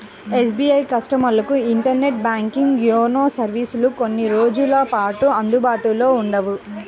SBI కస్టమర్లకు internet banking, YONO సర్వీసులు కొన్ని రోజుల పాటు అందుబాటులో ఉండవు